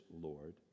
Lord